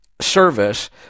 service